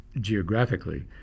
geographically